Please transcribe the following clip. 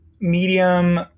medium